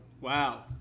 Wow